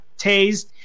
tased